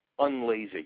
unlazy